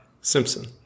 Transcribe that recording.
Simpson